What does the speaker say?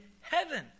heaven